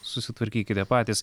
susitvarkykite patys